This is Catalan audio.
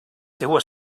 teua